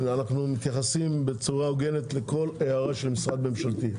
אנחנו מתייחסים בצורה הוגנת לכל הערה של משרד ממשלתי.